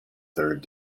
third